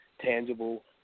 tangible